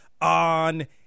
on